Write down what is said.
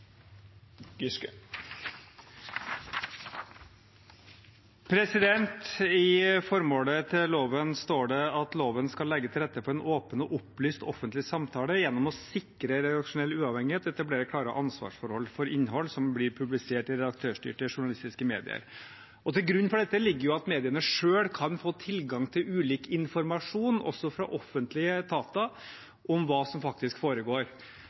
avslutta. I formålet til loven står det at loven skal legge til rette for en åpen og opplyst offentlig samtale gjennom å sikre redaksjonell uavhengighet og etablere klare ansvarsforhold for innhold som blir publisert i redaktørstyrte journalistiske medier. Til grunn for dette ligger at mediene selv kan få tilgang til ulik informasjon, også fra offentlige etater, om hva som faktisk foregår.